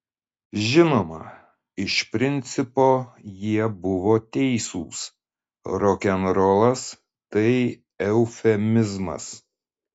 žinoma iš principo jie buvo teisūs rokenrolas tai eufemizmas